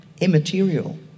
immaterial